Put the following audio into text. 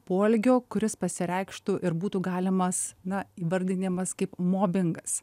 poelgio kuris pasireikštų ir būtų galimas na įvardinimas kaip mobingas